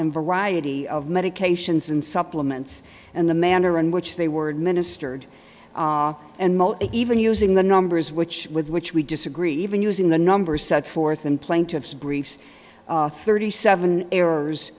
and variety of medications and supplements and the manner in which they were administered and most even using the numbers which with which we disagree even using the numbers set forth in plaintiff's briefs thirty seven errors